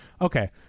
Okay